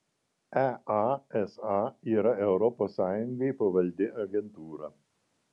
easa yra europos sąjungai pavaldi agentūra